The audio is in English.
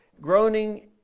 groaning